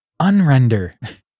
unrender